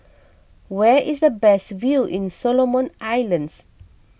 where is the best view in Solomon Islands